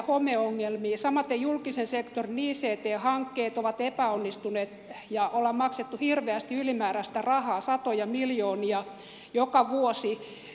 samaten julkisen ict hankkeet ovat epäonnistuneet ja ollaan maksettu hirveästi ylimääräistä rahaa satoja miljoonia joka vuosi